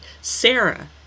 Sarah